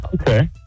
Okay